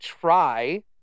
try